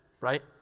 right